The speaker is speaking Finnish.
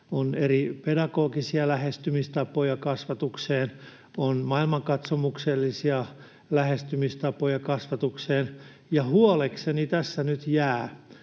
monia eri pedagogisia lähestymistapoja kasvatukseen, on maailmankatsomuksellisia lähestymistapoja kasvatukseen. Ja huolekseni tässä nyt jää,